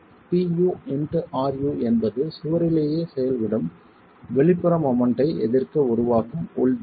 Pu x ru என்பது சுவரிலேயே செயல்படும் வெளிப்புற மெமென்ட் ஐ எதிர்க்க உருவாகும் உள் ஜோடி